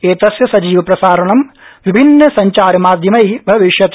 एतस्य सजीवप्रसारणं विभिन्न संचारमाध्यमै भविष्यति